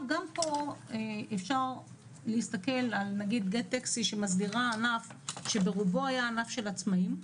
גם פה אפשר להסתכל על גט טקסי שמסדירה ענף שברובו היה ענף של עצמאים,